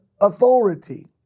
authority